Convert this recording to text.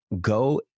go